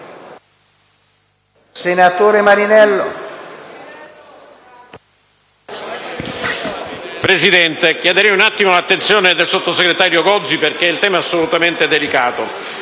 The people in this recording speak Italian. Presidente, chiedo l'attenzione del sottosegretario Gozi perché il tema è assolutamente delicato.